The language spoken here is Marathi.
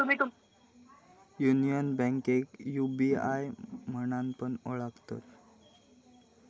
युनियन बैंकेक यू.बी.आय म्हणान पण ओळखतत